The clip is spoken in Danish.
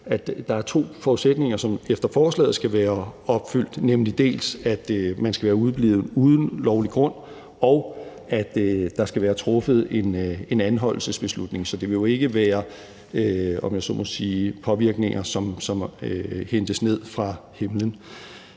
der er to forudsætninger, som efter forslaget skal være opfyldt, nemlig dels at man skal være udeblevet uden lovlig grund, dels at der skal være truffet en anholdelsesbeslutning. Så det vil jo ikke være, om jeg så må sige, påvirkninger, som hentes ned fra himlen.